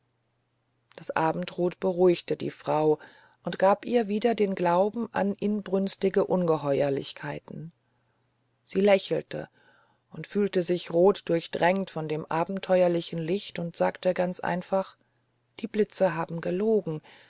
das abendrot beruhigte die frau und gab ihr wieder den glauben an inbrünstige ungeheuerlichkeiten sie lächelte und fühlte sich rot durchtränkt von dem abenteuerlichen licht und sagte ganz einfach die blitze haben gelogen